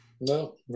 no